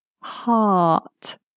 Heart